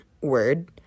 Word